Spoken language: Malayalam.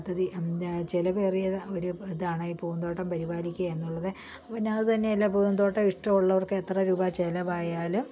പദ്ധതി ചിലവേറിയത് ഒരു ഇതാണ് ഈ പൂന്തോട്ടം പരിപാലിക്കുക എന്നുള്ളത് പിന്നെ അതു തന്നെയല്ല പൂന്തോട്ടം ഇഷ്ടമുള്ളവർക്ക് എത്ര രൂപ ചിലവായാലും